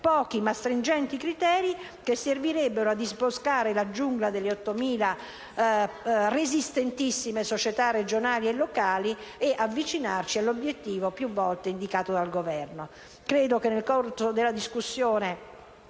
Pochi ma stringenti criteri che servirebbero a disboscare la giungla delle 8.000 resistentissime società regionali e locali e ad avvicinarsi all'obiettivo più volte indicato dal Governo. Credo che nel corso della discussione